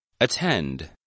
Attend